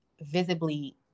visibly